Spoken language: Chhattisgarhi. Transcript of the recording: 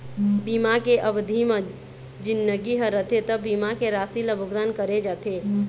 बीमा के अबधि म जिनगी ह रथे त बीमा के राशि ल भुगतान करे जाथे